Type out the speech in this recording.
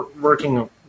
working